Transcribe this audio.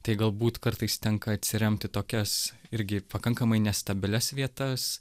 tai galbūt kartais tenka atsiremt į tokias irgi pakankamai nestabilias vietas